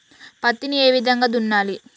పత్తిని ఏ విధంగా దున్నాలి?